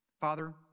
Father